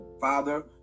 father